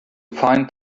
find